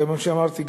כמו שאמרתי,